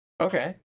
Okay